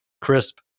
crisp